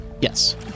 Yes